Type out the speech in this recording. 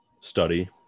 study